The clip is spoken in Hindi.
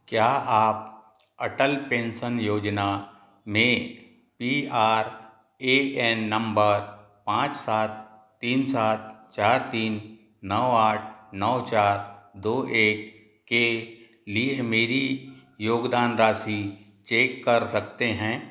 क्या आप अटल पेंशन योजना में P R A N number पाँच सात तीन सात चार तीन नौ आठ नौ चार दो एक के लिए मेरी योगदान राशि चेक कर सकते हैं